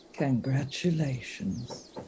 Congratulations